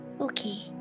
Okay